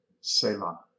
Selah